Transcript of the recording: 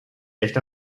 recht